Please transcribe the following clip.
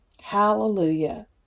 Hallelujah